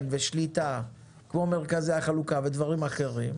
ויש לו שליטה כמו מרכזי החלוקה ודברים אחרים.